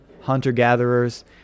hunter-gatherers